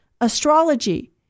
astrology